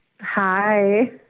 Hi